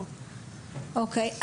אוקיי.